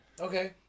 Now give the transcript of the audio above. Okay